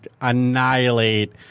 annihilate